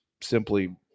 simply